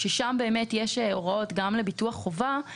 אלא אם כן האדם מדווח באופן עצמאי.